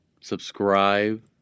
subscribe